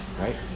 right